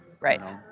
Right